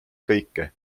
kõike